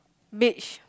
beach